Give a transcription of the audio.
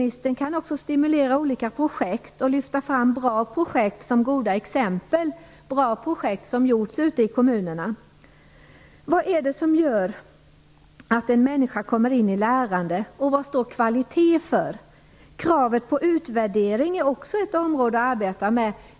Hon kan också stimulera olika projekt och lyfta fram bra projekt som genomförts i kommunerna som goda exempel. Vad är det som gör att en människa kommer in i lärande? Vad står kvalitet för? Kravet på utvärdering är också ett område att arbeta med.